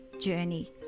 journey